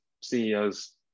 CEOs